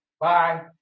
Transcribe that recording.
Bye